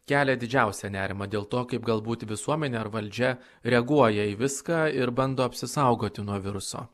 kelia didžiausią nerimą dėl to kaip galbūt visuomenė ar valdžia reaguoja į viską ir bando apsisaugoti nuo viruso